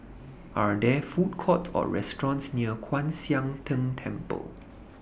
Are There Food Courts Or restaurants near Kwan Siang Tng Temple